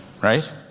right